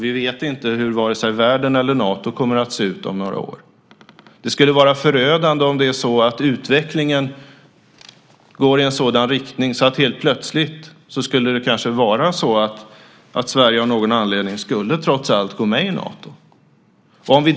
Vi vet inte hur vare sig världen eller Nato ser ut om några år. Det skulle vara förödande om utvecklingen gick i en sådan riktning att det helt plötsligt kanske var så att Sverige av någon anledning trots allt gick med i Nato.